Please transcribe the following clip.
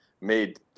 made